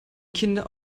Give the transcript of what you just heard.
kinder